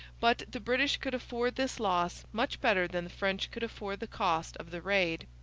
but the british could afford this loss much better than the french could afford the cost of the raid.